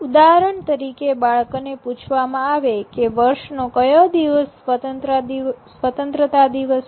ઉદાહરણ તરીકે બાળકોને પૂછવામાં આવે કે વર્ષનો કયો દિવસ સ્વતંત્રતા દિવસ છે